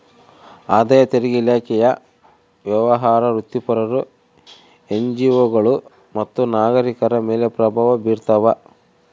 ಆದಾಯ ತೆರಿಗೆ ಇಲಾಖೆಯು ವ್ಯವಹಾರ ವೃತ್ತಿಪರರು ಎನ್ಜಿಒಗಳು ಮತ್ತು ನಾಗರಿಕರ ಮೇಲೆ ಪ್ರಭಾವ ಬೀರ್ತಾವ